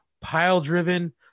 pile-driven